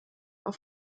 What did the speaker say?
auf